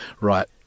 right